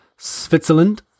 Switzerland